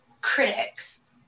critics